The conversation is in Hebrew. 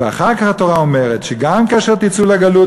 ואחר כך התורה אומרת: גם כאשר תצאו לגלות,